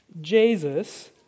Jesus